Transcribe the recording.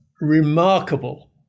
remarkable